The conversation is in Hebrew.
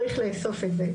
צריך לאסוף את זה.